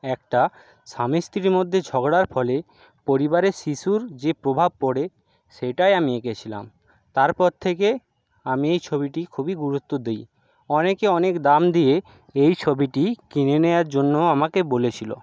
একটা স্বামী স্ত্রীর মধ্যে ঝগড়ার ফলে পরিবারে শিশুর যে প্রভাব পড়ে সেটাই আমি এঁকেছিলাম তারপর থেকে আমি এই ছবিটি খুবই গুরুত্ব দিই অনেকে অনেক দাম দিয়ে এই ছবিটি কিনে নেওয়ার জন্য আমাকে বলেছিলো